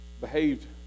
behaved